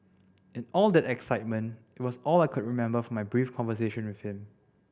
in all that excitement it was all I could remember from my brief conversation with him